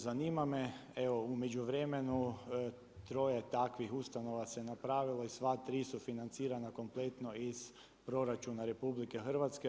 Zanima me evo u međuvremenu troje takvih ustanova se napravilo i sva tri su financirana kompletno iz proračuna RH.